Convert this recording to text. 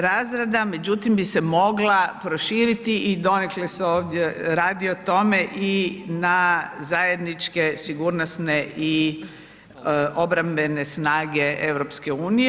Razrada, međutim bi se mogla proširiti i donekle se ovdje radi o tome i na zajedničke sigurnosne i obrambene snage EU.